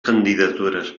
candidatures